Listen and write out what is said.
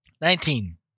Nineteen